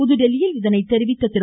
புதுதில்லியில் இதை தெரிவித்த திரு